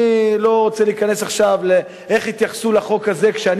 אני לא רוצה להיכנס עכשיו לאיך התייחסו לחוק הזה כשאני